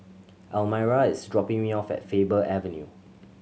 Almyra is dropping me off at Faber Avenue